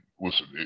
listen